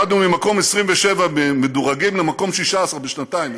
ירדנו ממקום 27 שהיינו מדורגים למקום 16 בשנתיים.